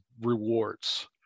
rewards